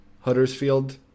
Huddersfield